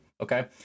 okay